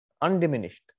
undiminished